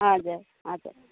हजुर हजुर